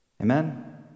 Amen